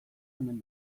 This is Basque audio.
omen